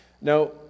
Now